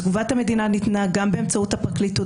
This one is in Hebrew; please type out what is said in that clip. תגובת המדינה ניתנה גם באמצעות הפרקליטות.